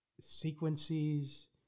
sequences